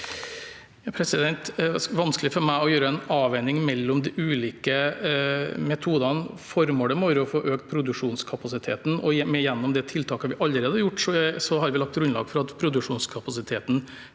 vans- kelig for meg å gjøre en avveining mellom de ulike me todene. Formålet må være å få økt produksjonskapasiteten, og gjennom de tiltakene vi allerede har gjort, har vi lagt grunnlaget for at produksjonskapasiteten